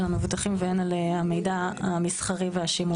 המבוטחים והן על המידע המסחרי והשימוש בו.